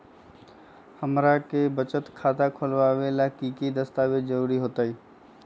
हमरा के बचत खाता खोलबाबे ला की की दस्तावेज के जरूरत होतई?